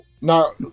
Now